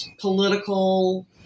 political